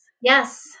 Yes